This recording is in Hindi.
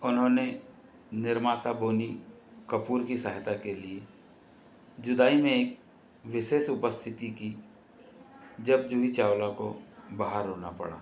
उन्होंने निर्माता बोनी कपूर की सहायता के लिए जुदाई में विशेष उपस्थिति की जब जूही चावला को बाहर होना पड़ा